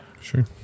Sure